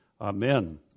amen